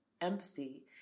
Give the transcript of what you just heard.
empathy